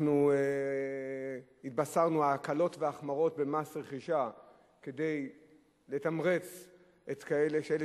אנחנו התבשרנו על ההקלות ועל ההחמרות במס רכישה כדי לתמרץ את אלה